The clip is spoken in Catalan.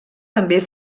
també